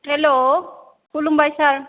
hello खुलुमबाय सार